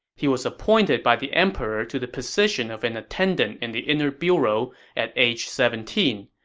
he was appointed by the emperor to the position of an attendant in the inner bureau at age seventeen,